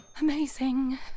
Amazing